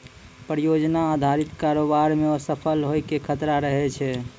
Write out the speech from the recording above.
परियोजना अधारित कारोबार मे असफल होय के खतरा रहै छै